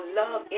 love